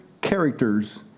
characters